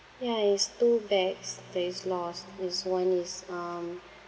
ya is two bags that is lost is one is um